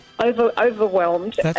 Overwhelmed